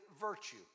virtue